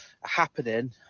happening